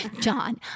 John